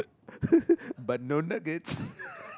but no nuggets